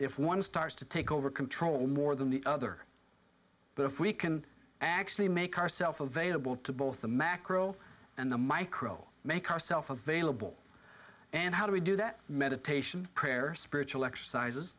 if one starts to take over control more than the other but if we can actually make ourself available to both the macro and the micro make ourself available and how do we do that meditation prayer spiritual exercises